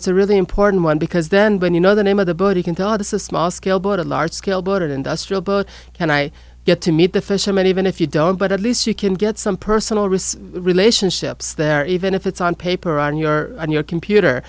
it's a really important one because then when you know the name of the body can tell us a small scale but a large scale bird industrial boat can i get to meet the fishermen even if you don't but at least you can get some personal risk relationships there even if it's on paper on your on your computer